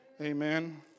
Amen